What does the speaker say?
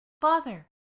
Father